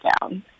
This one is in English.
down